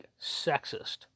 sexist